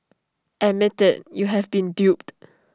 admit IT you have been duped